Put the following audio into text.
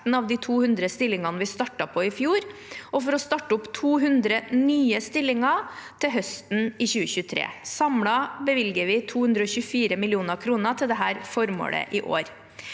av de 200 stillingene vi startet opp i fjor, og for å starte opp 200 nye stillinger høsten 2023. Samlet bevilger vi 224 mill. kr til dette formålet i år.